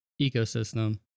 ecosystem